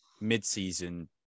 Mid-season